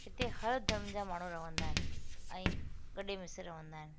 हिते हर धर्म जा माण्हू रहंदा आहिनि ऐं गॾु मिसे रहंदा आहिनि